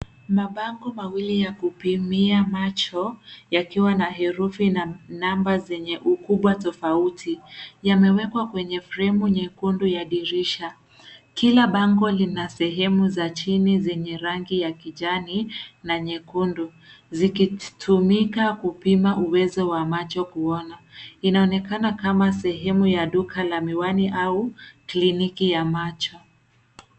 Mabango mawili ya kupimia macho yakiwa na herufi na namba zenye ukubwa tofauti, yamewekwa kwenye fremu nyekundu ya dirisha. Kila bango lina sehemu za chini zenye rangi ya kijani na nyekundu, zikitumika kupima uwezo wa macho kuona. Inaonekana kama sehemu ya duka la miwani au kliniki ya macho.